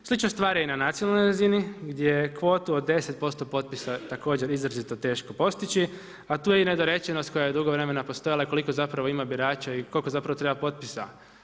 Slična stvar je i na nacionalnoj razini gdje kvotu od 10% potpisa također je izrazito teško postići, a tu je i nedorečenost koja je dugo vremena postojala i koliko ima birača i koliko treba potpisa.